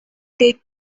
take